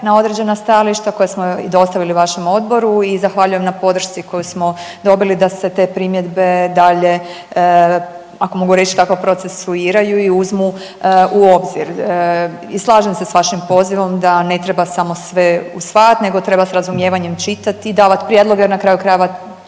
na određena stajališta koja smo i dostavili vašem odboru i zahvaljujem na podršci koju smo dobili da se te primjedbe dalje, ako mogu reći tako, procesuiraju i uzmu u obzir i slažem se s vašim pozivom da ne treba samo sve usvajati nego treba s razumijevanjem čitati i davati prijedloge jer na kraju krajeva,